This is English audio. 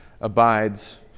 abides